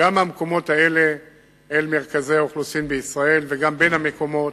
גם מהמקומות האלה אל מרכזי האוכלוסין בישראל וגם בין המקומות.